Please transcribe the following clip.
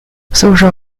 social